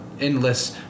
endless